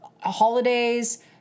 Holidays